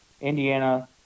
Indiana